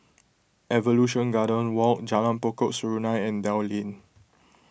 Evolution Garden Walk Jalan Pokok Serunai and Dell Lane